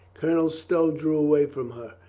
colonel stow drew away from her.